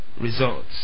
results